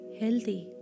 healthy